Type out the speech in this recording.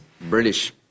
british